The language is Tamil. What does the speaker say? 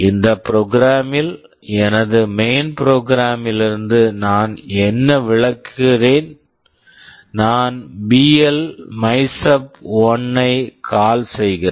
இந்த ப்ரோகிராம் program ல் எனது மெயின் ப்ரோகிராம் main program லிருந்து நான் என்ன விளக்குகிறேன் நான் பிஎல் BL மைசப்1 MYSUB1 ஐ கால் call செய்கிறேன்